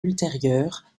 ultérieures